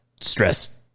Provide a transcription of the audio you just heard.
stress